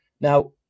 Now